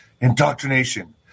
indoctrination